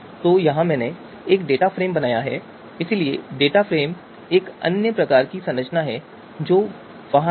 तो यहां मैंने एक डेटा फ्रेम बनाया है इसलिए डेटा फ्रेम एक अन्य प्रकार की संरचना है जो वहां है